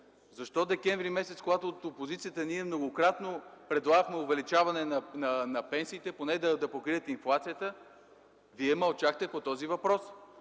месец декември, когато ние от опозицията многократно предлагахме увеличаване на пенсиите, поне да покрият инфлацията, Вие мълчахте по този въпрос?!